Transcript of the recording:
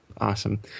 Awesome